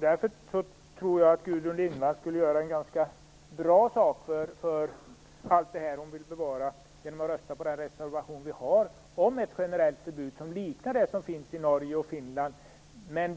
Därför tror jag att Gudrun Lindvall skulle göra en ganska bra sak för allt det som hon vill bevara om hon röstade på den reservation vi har om ett generellt förbud. Det liknar det förbud som finns i Norge och Finland, men